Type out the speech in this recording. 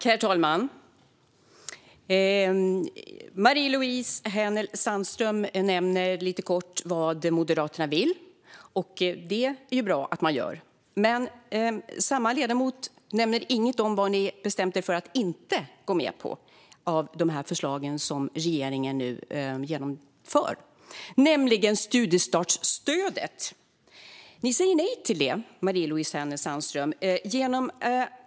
Herr talman! Marie-Louise Hänel Sandström nämner lite kort vad Moderaterna vill. Det är det bra att man gör. Men samma ledamot nämner inget om vad Moderaterna bestämt sig för att inte gå med på av de förslag som regeringen nu genomför, nämligen studiestartsstödet. Ni säger nej till det, Marie-Louise Hänel Sandström.